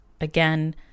Again